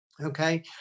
Okay